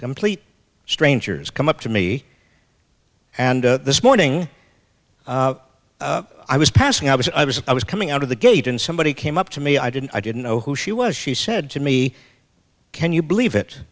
complete strangers come up to me and this morning i was passing i was i was i was coming out of the gate and somebody came up to me i didn't i didn't know who she was she said to me can you believe it